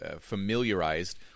familiarized